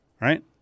right